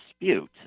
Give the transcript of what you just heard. dispute